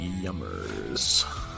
Yummers